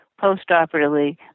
postoperatively